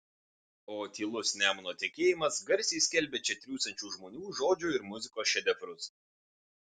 o tylus nemuno tekėjimas garsiai skelbia čia triūsiančių žmonių žodžio ir muzikos šedevrus